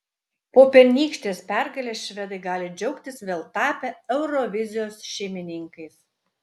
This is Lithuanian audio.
po pernykštės pergalės švedai gali džiaugtis vėl tapę eurovizijos šeimininkais